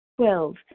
Twelve